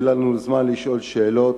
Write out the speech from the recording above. יהיה לנו זמן לשאול שאלות,